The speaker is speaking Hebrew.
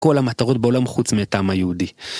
כל המטרות בעולם חוץ מאת העם היהודי.